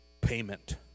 payment